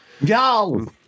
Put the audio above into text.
Yo